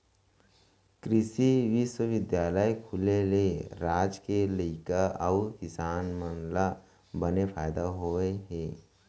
कृसि बिस्वबिद्यालय खुले ले राज के लइका अउ किसान मन ल बने फायदा होय हे